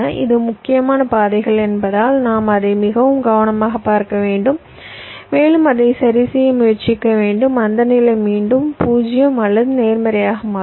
இது முக்கியமான பாதைகள் என்பதால் நாம் அதை மிகவும் கவனமாகப் பார்க்க வேண்டும் மேலும் அதை சரிசெய்ய முயற்சிக்க வேண்டும் மந்தநிலை மீண்டும் 0 அல்லது நேர்மறையாக மாறும்